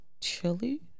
chili